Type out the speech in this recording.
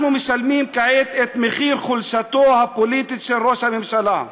אנחנו משלמים כעת את מחיר חולשתו הפוליטית של ראש הממשלה.